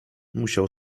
musiał